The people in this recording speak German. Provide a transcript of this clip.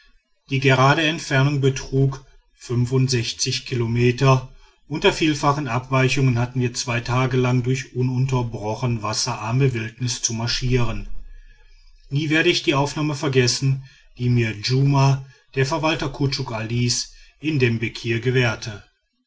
die gerade entfernung betrug kilometer unter vielfachen abweichungen hatten wir zwei tage lang durch ununterbrochen wasserarme wildnis zu marschieren nie werde ich die aufnahme vergessen die mir jumma der verwalter kutschuk alis in dem bekir gewährte